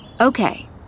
Okay